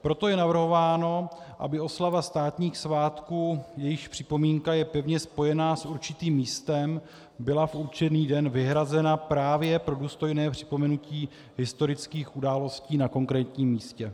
Proto je navrhováno, aby oslava státních svátků, jejichž připomínka je pevně spojená s určitým místem, byla v určený den vyhrazena právě pro důstojné připomenutí historických událostí na konkrétním místě.